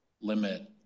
limit